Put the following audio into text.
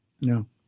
No